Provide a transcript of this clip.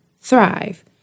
thrive